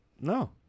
No